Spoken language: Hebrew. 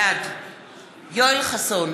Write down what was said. בעד יואל חסון,